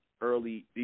early